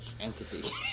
entity